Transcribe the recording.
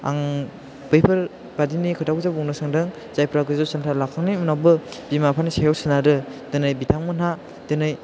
आं बैफोर बादिनि खोथाखौसो बुंनो सानदों जायफ्रा गोजौ सोलोंथाइ लाखांनायनि उनावबो बिमा बिफानि सायाव सोनारो दिनै बिथांमोनहा दिनै